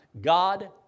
God